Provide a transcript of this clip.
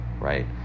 right